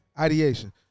ideation